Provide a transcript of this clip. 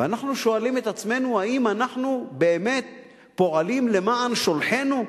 ואנחנו שואלים את עצמנו האם אנחנו באמת פועלים למען שולחינו,